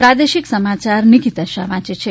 પ્રાદેશિક સમાચાર નિકિતા શાહ વાંચે છે